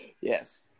Yes